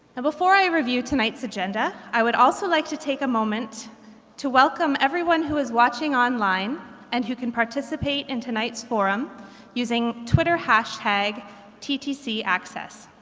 ah before i review tonight's agenda i would also like to take a moment to welcome everyone who is watching online and who can participate in tonight's forum using twitter hashtag ttcaccess.